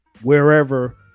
wherever